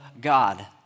God